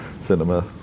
cinema